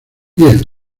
bien